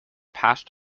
past